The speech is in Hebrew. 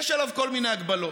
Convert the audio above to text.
יש עליו כל מיני הגבלות.